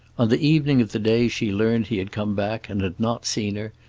on the evening of the day she learned he had come back and had not seen her,